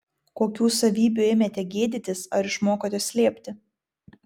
kokių savybių ėmėte gėdytis ar išmokote slėpti